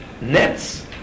nets